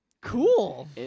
Cool